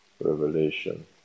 Revelation